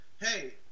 hey